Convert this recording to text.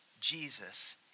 Jesus